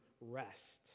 rest